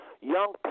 Young